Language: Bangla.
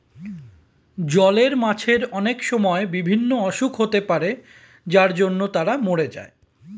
জলের মাছের অনেক সময় বিভিন্ন অসুখ হতে পারে যার জন্য তারা মোরে যায়